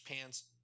pants